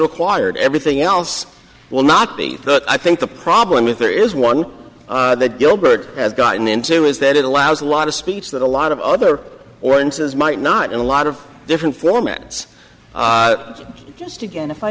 required everything else will not be i think the problem with there is one that dilbert has gotten into is that it allows a lot of speech that a lot of other oranges might not in a lot of different formats but just again if i